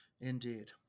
indeed